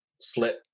slit